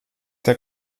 der